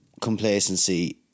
complacency